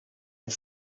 een